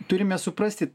turime suprasti